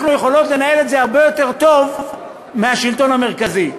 אנחנו יכולות לנהל את זה הרבה יותר טוב מהשלטון המרכזי.